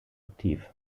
aktiv